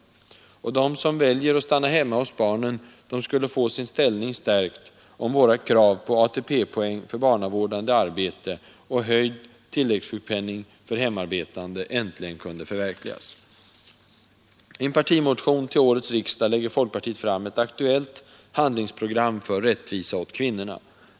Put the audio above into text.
Och de som väljer att stanna hemma hos barnen skulle få sin ställning stärkt om våra krav på ATP-poäng för barnavårdande arbete och höjd tilläggssjukpenning för hemarbetande äntligen kunde förverkligas. I en partimotion till årets riksdag lägger folkpartiet fram ett aktuellt handlingsprogram för rättvisa åt kvinnorna.